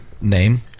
name